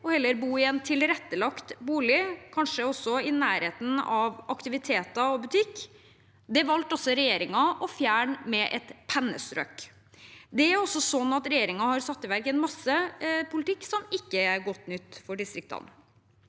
og heller bo i en tilrettelagt bolig, kanskje også i nærheten av aktiviteter og butikk. Det valgte regjeringen å fjerne med et pennestrøk. Det er også sånn at regjeringen har satt i gang med en del politikk som ikke er godt nytt for distriktene.